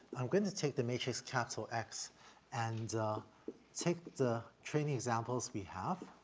i'm going to take the matrix capital x and take the training examples we have,